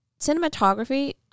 Cinematography